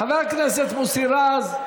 חבר הכנסת מוסי רז,